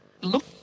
look